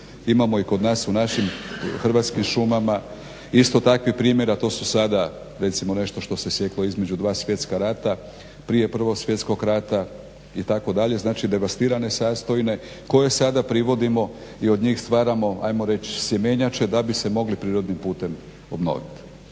Imamo i kod nas u našim hrvatskim šumama isto takvih primjera, to su sada recimo nešto što se sjeklo između dva svjetska rata, prije 1. svjetskog rata itd., znači devastirane sastojne koje sada privodimo i od njih stvaramo ajmo reći sjemenjače da bi se mogli prirodnim putem obnoviti.